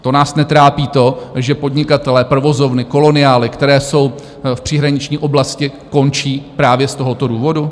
To nás netrápí to, že podnikatelé, provozovny, koloniály, které jsou v příhraniční oblasti, končí právě z tohoto důvodu?